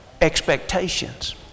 expectations